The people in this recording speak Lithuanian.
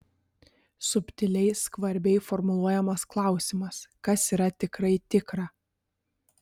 subtiliai skvarbiai formuluojamas klausimas kas yra tikrai tikra